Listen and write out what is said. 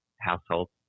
households